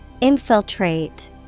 Infiltrate